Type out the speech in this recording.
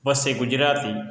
વસે ગુજરાતી